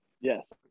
Yes